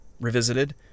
revisited